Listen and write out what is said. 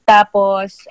Tapos